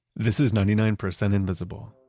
this is ninety nine percent invisible.